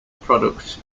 products